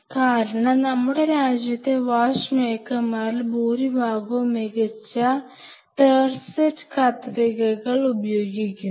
കാരണം നമ്മുടെ രാജ്യത്തെ വാച്ച് മേക്കറിൽ ഭൂരിഭാഗവും മികച്ച ടെർസെറ്റ് കത്രിക ഉപയോഗിക്കുന്നു